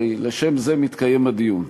הרי לשם כך מתקיים הדיון.